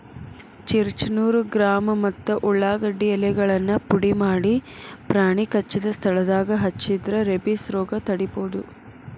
ಚಿರ್ಚ್ರಾ ನೂರು ಗ್ರಾಂ ಮತ್ತ ಉಳಾಗಡ್ಡಿ ಎಲೆಗಳನ್ನ ಪುಡಿಮಾಡಿ ಪ್ರಾಣಿ ಕಚ್ಚಿದ ಸ್ಥಳದಾಗ ಹಚ್ಚಿದ್ರ ರೇಬಿಸ್ ರೋಗ ತಡಿಬೋದು